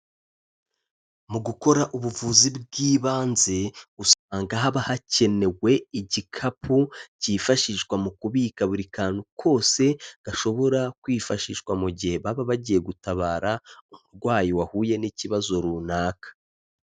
Mu gukora ubuvuzi bw'ibanze, usanga haba hakenewe igikapu cyifashishwa mu kubika buri kantu kose gashobora kwifashishwa mu gihe baba bagiye gutabara umurwayi wahuye n'ikibazo runaka.